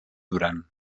duran